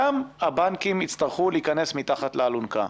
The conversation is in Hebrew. גם הבנקים יצטרכו להיכנס מתחת לאלונקה.